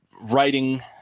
writing